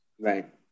Right